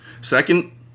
Second